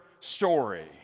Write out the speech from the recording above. story